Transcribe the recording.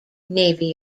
navy